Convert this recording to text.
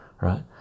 right